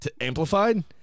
amplified